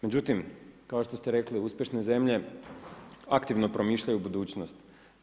Međutim, kao što ste rekli, uspješne zemlje, aktivno promišljaju budućnost.